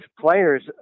players